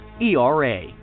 ERA